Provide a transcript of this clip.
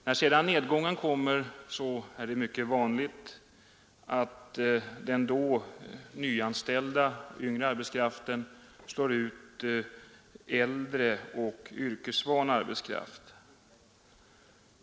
När sedan nedgången kommer är det mycket vanligt att den då nyanställda yngre arbetskraften slår ut äldre och yrkesvan arbetskraft.